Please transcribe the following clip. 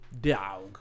Dog